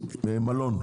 כמה מלון משלם?